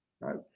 right